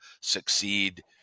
succeed